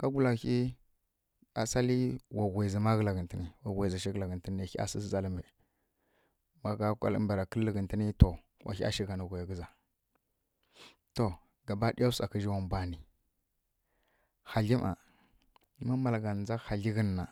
kagwulahyi asali wa wghezǝma kǝla ghǝntǝn ne hya sǝ zali ni magha bara kǝllǝ ghintǝni to wahya shigha nǝ ghai ghǝza to gabaɗaya wsa ɦǝzji wa mbwa ni hagli ma ma mǝlagha ndza hagli kǝnna